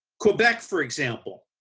quebec for example,